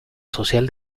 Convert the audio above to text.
social